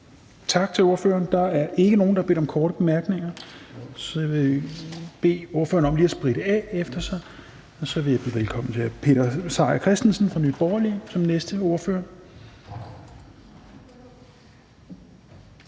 Tak til ordføreren. Der er ikke nogen, der har bedt om korte bemærkninger, så jeg vil bede ordføreren om lige at spritte af efter sig. Og så vil jeg byde velkommen til hr. Peter Seier Christensen fra Nye Borgerlige som næste ordfører.